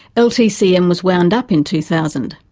ltcm was wound up in two thousand.